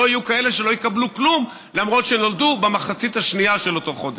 יהיו כאלה שלא יקבלו כלום אף שנולדו במחצית השנייה של אותו חודש.